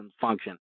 function